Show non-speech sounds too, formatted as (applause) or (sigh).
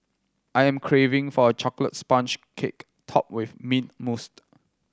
I am craving for a chocolate sponge cake topped with mint mousse (unintelligible)